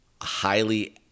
highly